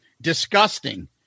disgusting